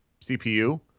CPU